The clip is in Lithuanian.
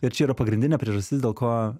ir čia yra pagrindinė priežastis dėl ko